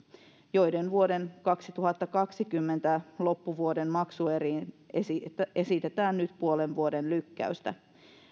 joiden vuoden kaksituhattakaksikymmentä loppuvuoden maksueriin esitetään esitetään nyt puolen vuoden lykkäystä